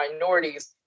minorities